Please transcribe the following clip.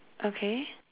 okay